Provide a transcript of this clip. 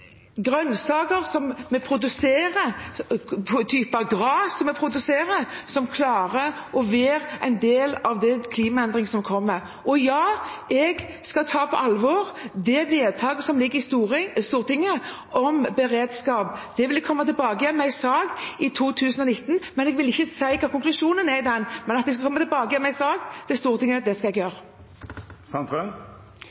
grønnsaker og gras som vi produserer, som klarer en del av de klimaendringene som kommer. Ja, jeg skal ta på alvor det vedtaket som ligger i Stortinget om beredskap. Jeg vil komme tilbake med en sak om dette i 2019. Jeg vil ikke si hva konklusjonen blir, men jeg skal komme tilbake til Stortinget med en sak. Det er bra at vi får en sak til Stortinget, som vi skal. Jeg